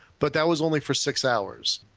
but that was only for six hours.